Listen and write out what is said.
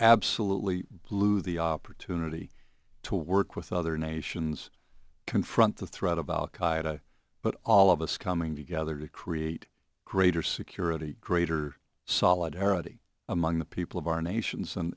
absolutely blew the opportunity to work with other nations confront the threat of al qaida but all of us coming together to create greater security greater solidarity among the people of our nations